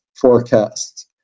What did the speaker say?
forecasts